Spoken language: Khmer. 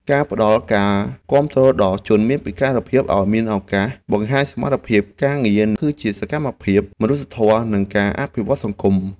ការផ្តល់ការគាំទ្រដល់ជនមានពិការភាពឱ្យមានឱកាសបង្ហាញសមត្ថភាពការងារ គឺជាសកម្មភាពមនុស្សធម៌និងការអភិវឌ្ឍសង្គម។